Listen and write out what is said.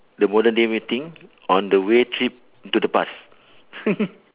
the modern day any thing on the way trip into the past